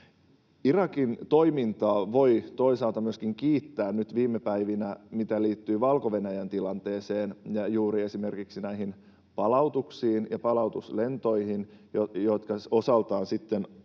Irakin toimintaa voi toisaalta myöskin kiittää nyt viime päivinä, mitä tulee Valko-Venäjän tilanteeseen ja juuri esimerkiksi näihin palautuksiin ja palautuslentoihin, jotka osaltaan sitten ovat